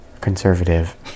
conservative